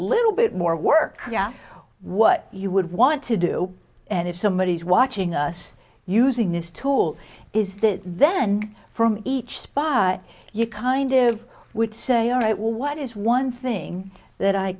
little bit more work what you would want to do and if somebody is watching us using this tool is that then from each spot you kind of would say all right well what is one thing that i